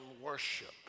worship